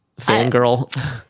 fangirl